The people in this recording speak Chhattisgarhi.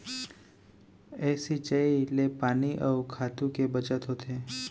ए सिंचई ले पानी अउ खातू के बचत होथे